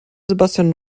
sebastian